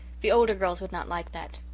the older girls would not like that.